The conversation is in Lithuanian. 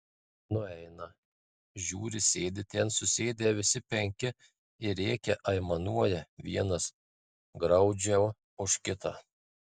nueina žiūri sėdi ten susėdę visi penki ir rėkia aimanuoja vienas graudžiau už kitą